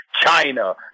China